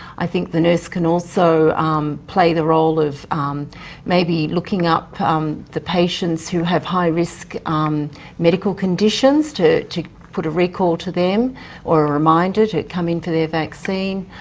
i think the nurse can also play the role of maybe looking up um the patients who have high-risk medical conditions to to put a recall to them or a reminder to come in for their vaccine.